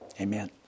Amen